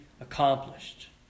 accomplished